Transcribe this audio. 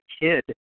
kid